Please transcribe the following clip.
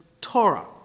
Torah